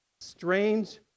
Strange